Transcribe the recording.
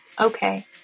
Okay